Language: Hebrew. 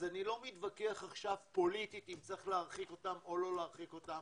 אז אני לא מתווכח עכשיו פוליטית אם צריך להרחיק אותם או לא להרחיק אותם,